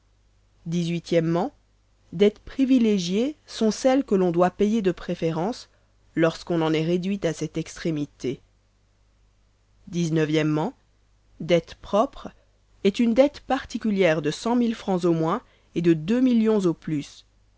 o dettes privilégiées sont celles que l'on doit payer de préférence lorsqu'on en est réduit à cette extrémité o dette propre est une dette particulière de fr au moins et de au plus